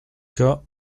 cas